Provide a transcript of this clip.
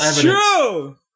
true